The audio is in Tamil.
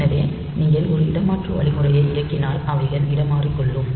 எனவே நீங்கள் ஒரு இடமாற்று வழிமுறையை இயக்கினால் அவைகள் இடமாறிக்கொள்ளும்